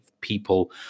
people